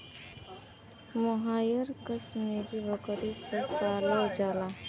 मोहायर कशमीरी बकरी से पावल जाला